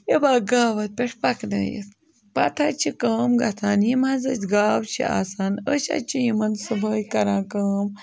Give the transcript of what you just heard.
یِمن گاوَن پٮ۪ٹھ پَکنٲیِتھ پَتہٕ حظ چھِ کٲم گَژھان یِم حظ أسۍ گاو چھِ آسان أسۍ حظ چھِ یِمَن صُبحٲے کَران کٲم